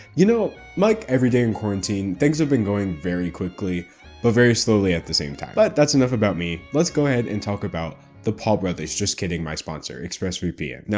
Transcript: you know like every day in quarantine, things have been going very quickly but very slowly at the same time, but that's enough about me. let's go ahead and talk about the paul brothers. just kidding, my sponsor, expressvpn.